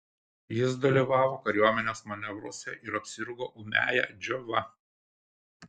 jis dalyvavo kariuomenės manevruose ir apsirgo ūmiąja džiova